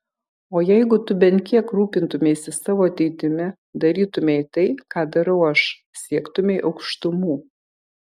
o jeigu tu bent kiek rūpintumeisi savo ateitim darytumei tai ką darau aš siektumei aukštumų